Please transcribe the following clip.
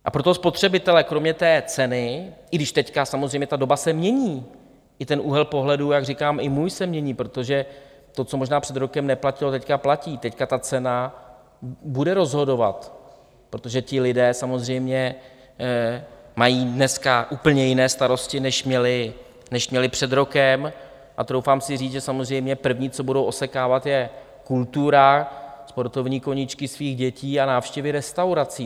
A pro toho spotřebitele kromě té ceny i když teď samozřejmě ta doba se mění, i ten úhel pohledu, jak říkám, i můj se mění, protože to, co možná před rokem neplatilo, teď platí, teď ta cena bude rozhodovat, protože ti lidé samozřejmě mají dneska úplně jiné starosti, než měli, než měli před rokem, a troufám si říct, že samozřejmě první, co budou osekávat, je kultura, sportovní koníčky svých dětí a návštěvy restaurací.